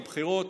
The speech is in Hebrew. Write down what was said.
לבחירות.